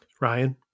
Ryan